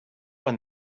when